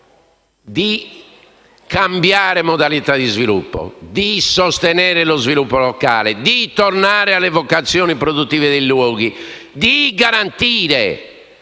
di cambiare modalità di sviluppo, di sostenere lo sviluppo locale, di tornare alle vocazioni produttive dei luoghi e di garantire